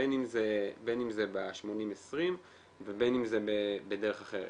בין אם זה ב-80/20 ובין אם זה בדרך אחרת.